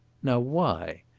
now, why?